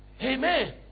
Amen